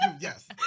Yes